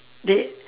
they